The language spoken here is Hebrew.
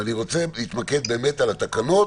ואני רוצה להתמקד באמת על התקנות